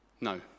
no